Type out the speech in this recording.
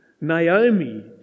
Naomi